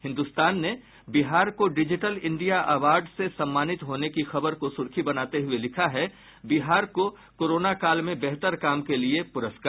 हिन्दुस्तान ने बिहार को digital India award से सम्मानित होने की खबर को सुर्खी बनाते हुये लिखा है बिहार को कोरोनाकाल में बेहतर काम के लिए पुरस्कार